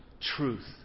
truth